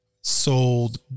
sold